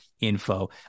info